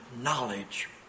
knowledge